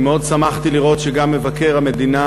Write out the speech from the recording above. אני מאוד שמחתי לראות שגם מבקר המדינה